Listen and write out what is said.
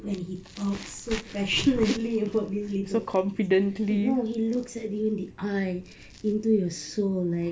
when he talks so passionately about about these little ants no he looks at you in the eye into your soul like